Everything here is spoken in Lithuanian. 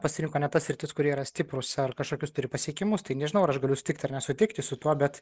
pasirinko ne tas sritis kur jie yra stiprūs ar kažkokius turi pasiekimus tai nežinau ar aš galiu sutikti ar nesutikti su tuo bet